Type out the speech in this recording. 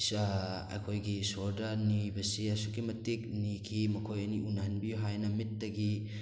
ꯑꯩꯈꯣꯏꯒꯤ ꯏꯁꯣꯔꯗ ꯅꯤꯕꯁꯤ ꯑꯁꯨꯛꯀꯤ ꯃꯇꯤꯛ ꯅꯤꯈꯤ ꯃꯈꯣꯏ ꯑꯅꯤ ꯎꯅꯍꯟꯕꯤꯎ ꯍꯥꯏꯅ ꯃꯤꯠꯇꯒꯤ